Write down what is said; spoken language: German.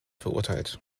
verurteilt